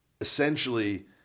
essentially